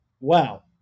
Wow